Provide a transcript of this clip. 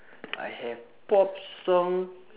I have pop song